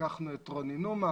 לקחנו את רוני נומה